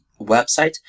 website